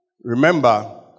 remember